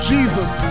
Jesus